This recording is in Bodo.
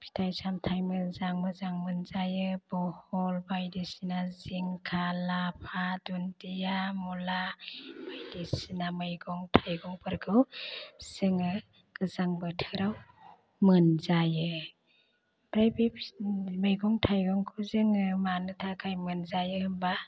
फिथाइ सामथाइ मोजां मोजां मोनजायो बहर बायदिसिना सिंखा लाफा दुन्दिया मुला बायदिसिना मैगं थाइगंफोरखौ जोङो गोजां बोथोराव मोनजायो ओमफ्राय बे मैगं थाइगंखौ जोङो मानो थाखाय मोनजायो होमबा